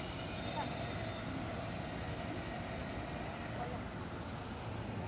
ᱪᱮᱫᱟᱜ ᱥᱮ ᱤᱧ ᱫᱚ ᱚᱰᱮᱸᱜᱤᱧ ᱚᱞᱚᱜ ᱠᱟᱱᱟ